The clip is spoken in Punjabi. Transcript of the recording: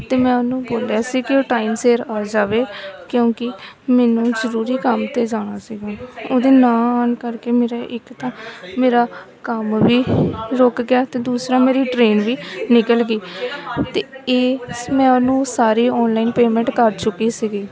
ਅਤੇ ਮੈਂ ਉਹਨੂੰ ਬੋਲਿਆ ਸੀ ਕਿ ਉਹ ਟਾਈਮ ਸਿਰ ਆ ਜਾਵੇ ਕਿਉਂਕਿ ਮੈਨੂੰ ਜ਼ਰੂਰੀ ਕੰਮ 'ਤੇ ਜਾਣਾ ਸੀਗਾ ਉਹਦੇ ਨਾ ਆਉਣ ਕਰਕੇ ਮੇਰਾ ਇੱਕ ਤਾਂ ਮੇਰਾ ਕੰਮ ਵੀ ਰੁਕ ਗਿਆ ਅਤੇ ਦੂਸਰਾ ਮੇਰੀ ਟ੍ਰੇਨ ਵੀ ਨਿਕਲ ਗਈ ਅਤੇ ਇਹ ਮੈਂ ਉਹਨੂੰ ਸਾਰੀ ਔਨਲਾਈਨ ਪੇਮੈਂਟ ਕਰ ਚੁੱਕੀ ਸੀਗੀ